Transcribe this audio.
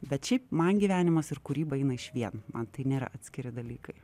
bet šiaip man gyvenimas ir kūryba eina išvien man tai nėra atskiri dalykai